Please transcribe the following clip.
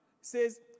says